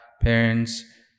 parents